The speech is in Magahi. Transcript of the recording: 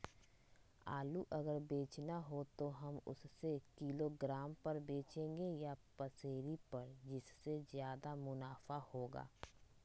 आलू अगर बेचना हो तो हम उससे किलोग्राम पर बचेंगे या पसेरी पर जिससे ज्यादा मुनाफा होगा?